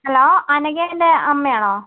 hello അനഘേന്റെ അമ്മയാണോ